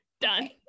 done